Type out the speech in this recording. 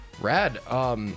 Rad